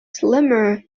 slimmer